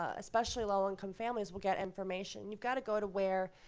ah especially low-income families, will get information. you've got to go to where